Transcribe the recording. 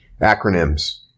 Acronyms